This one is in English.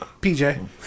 PJ